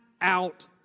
out